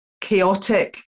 chaotic